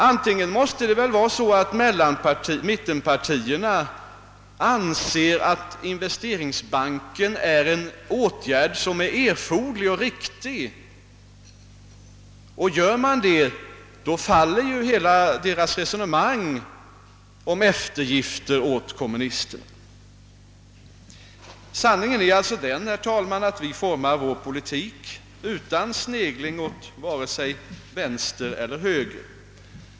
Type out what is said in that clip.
Annars måste det väl vara så att mittenpartierna anser att investeringsbanken innebär en åtgärd som är erforderlig och riktig, och gör man det faller ju hela deras reso nemang om eftergifter åt kommunisterna. Sanningen är alltså den, herr talman, att vi formar vår politik utan snegling åt vare sig vänster eller höger.